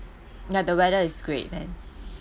ya the weather is great then